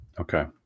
Okay